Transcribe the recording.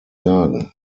sagen